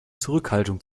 zurückhaltung